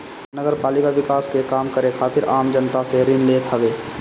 नगरपालिका विकास के काम करे खातिर आम जनता से ऋण लेत हवे